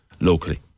locally